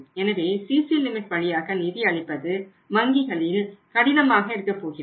எனவே CC limit வழியாக நிதி அளிப்பது வங்கிகளில் கடினமாக இருக்கப்போகிறது